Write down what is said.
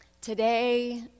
Today